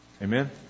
Amen